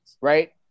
right